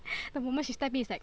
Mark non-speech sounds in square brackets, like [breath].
[breath] the moment she step in is like